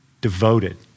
devoted